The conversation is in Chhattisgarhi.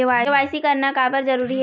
के.वाई.सी करना का बर जरूरी हे?